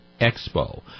Expo